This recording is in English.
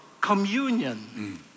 communion